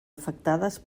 afectades